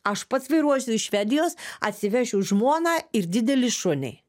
aš pats vairuosiu iš švedijos atsivešiu žmoną ir didelį šunį